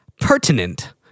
pertinent